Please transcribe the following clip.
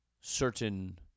certain